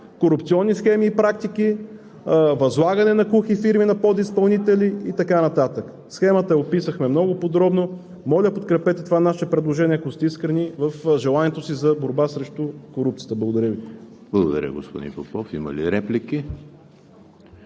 корупционни схеми и практики, възлагане на кухи фирми на подизпълнители и така нататък. Схемата я описахме много подробно. Моля, подкрепете това наше предложение, ако сте искрени в желанието си за борба срещу корупцията. Благодаря Ви. ПРЕДСЕДАТЕЛ ЕМИЛ ХРИСТОВ: Благодаря, господин Попов. Има ли реплики?